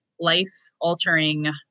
life-altering